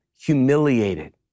humiliated